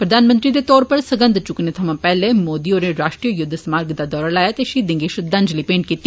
प्रधानमंत्री दे तौर पर सगंध चुक्कने सवां पैहले मोदी होरें राश्ट्रीय युद्ध स्मार्क दा दौरा लाया ते षहीदें गी श्रद्वांजलि भेंट कीती